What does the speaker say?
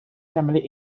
family